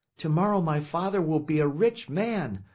tomorrow my father will be a rich man,